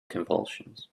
convulsions